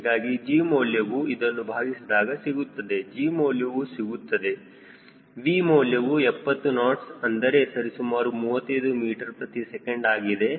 ಹೀಗಾಗಿ G ಮೌಲ್ಯವು ಇದನ್ನು ಭಾಗಿಸಿದಾಗ ಸಿಗುತ್ತದೆ G ಮೌಲ್ಯವು ಸಿಗುತ್ತದೆ V ಮೌಲ್ಯವು 70 ನಾಟ್ಸ್ ಅಂದರೆ ಸರಿಸುಮಾರು 35 ಮೀಟರ್ ಪ್ರತಿ ಸೆಕೆಂಡ್ ಆಗುತ್ತದೆ